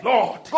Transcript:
Lord